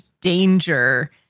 danger